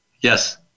Yes